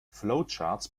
flowcharts